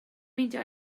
meindio